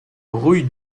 rue